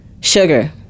Sugar